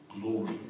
glory